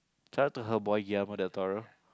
shout out to her boy